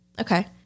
Okay